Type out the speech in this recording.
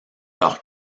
leur